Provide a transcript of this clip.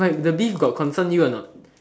like the beef got concern you or not